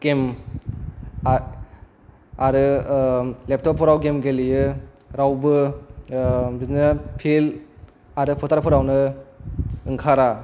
game आरो लेफटप फोराव गेम गेलेयो रावबो बिदिनो फिल्द आरो फोथार फोरावनो ओंखारा